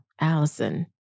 Allison